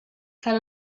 tant